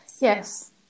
Yes